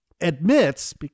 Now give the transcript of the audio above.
admits